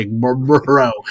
bro